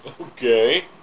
Okay